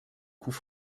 coups